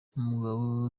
umugabo